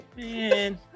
Man